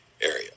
area